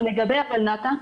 לגבי הולנת"ע...